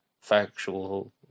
factual